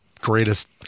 greatest